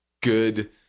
good